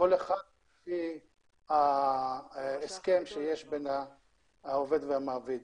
כל אחד לפי ההסכם שיש בין העובד לבין המעביד.